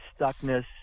stuckness